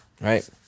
right